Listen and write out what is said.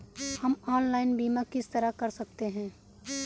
हम ऑनलाइन बीमा किस तरह कर सकते हैं?